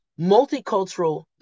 multicultural